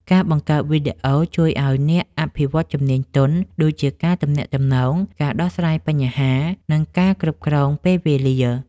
ការបង្កើតវីដេអូជួយឱ្យអ្នកអភិវឌ្ឍជំនាញទន់ ដូចជាការទំនាក់ទំនង ការដោះស្រាយបញ្ហា និងការគ្រប់គ្រងពេលវេលា។